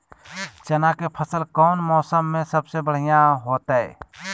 चना के फसल कौन मौसम में सबसे बढ़िया होतय?